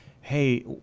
hey